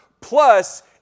plus